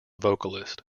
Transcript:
vocalist